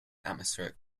atmospheric